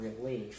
relief